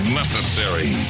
necessary